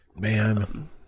man